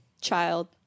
Child